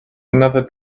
another